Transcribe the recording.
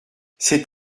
c’est